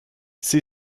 sie